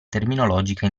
terminologica